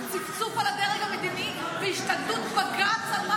זה צפצוף על הדרג המדיני והשתלטות בג"ץ על מה